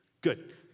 Good